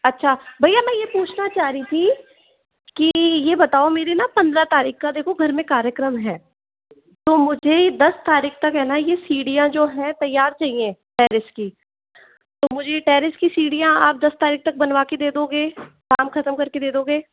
अच्छा भैया मैं ये पूछना चाह रही थी कि ये बताओ मेरे ना पंद्रह तारीख का देखो घर में कार्यक्रम है तो मुझे दस तारीख तक है ना ये सीढ़ियाँ जो हैं तैयार चाहिएं टेरेस की तो मुझे टेरेस की सीढ़ियाँ आप दस तारीख तक बनवा के दे दोगे काम खतम करके दे दोगे